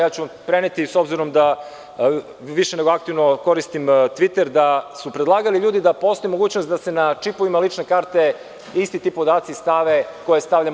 Ja ću preneti, s obzirom da više nego aktivno koristim „Tviter“, da su predlagali ljudi da postoji mogućnost da se na čipovima lične karte isti ti podaci stave koje stavljamo.